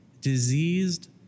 diseased